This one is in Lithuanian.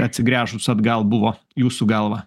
atsigręžus atgal buvo jūsų galva